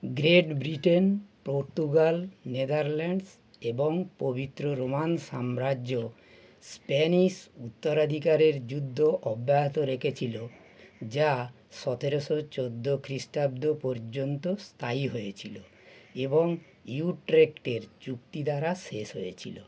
great Britain Portugal Netherlands এবং পবিত্র Roman সাম্রাজ্য স্প্যানিশ উত্তরাধিকারের যুদ্ধ অব্যাহত রেখেছিল যা সতেরোশো চোদ্দো খ্রিষ্টাব্দ পর্যন্ত স্থায়ী হয়েছিল এবং ইউট্রেখ্টের চুক্তি দ্বারা শেষ হয়েছিল